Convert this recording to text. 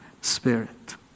spirit